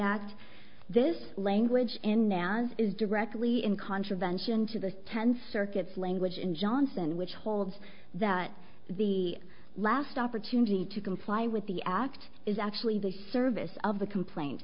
act this language in nouns is directly in contravention to the ten circuits language in johnson which holds that the last opportunity to comply with the act is actually the service of the complaint